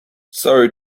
sorry